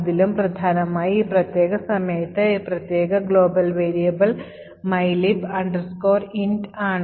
അതിലും പ്രധാനമായി ഈ പ്രത്യേക സമയത്ത് ഈ പ്രത്യേക global വേരിയബിൾ mylib int ആണ്